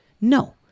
No